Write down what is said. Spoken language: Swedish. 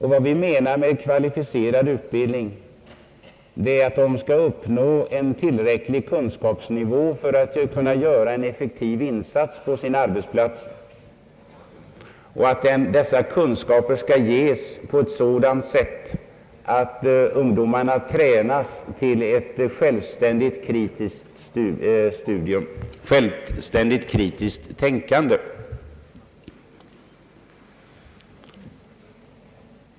Kvalificerad utbildning enligt vår mening är att de studerande skall uppnå en tillräcklig kunskapsnivå för att kunna göra en effektiv insats på sin arbetsplats och att dessa kunskaper skall ges på ett sådant sätt att ungdomarna tränas till ett självständigt, kritiskt tänkande.